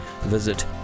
visit